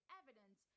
evidence